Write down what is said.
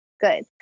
good